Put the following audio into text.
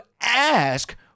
ask